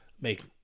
make